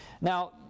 Now